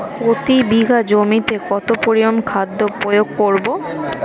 প্রতি বিঘা জমিতে কত পরিমান খাদ্য প্রয়োগ করব?